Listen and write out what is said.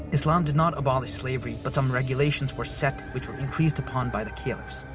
islam did not abolish slavery but some regulations were set which were increased upon by the caliphs.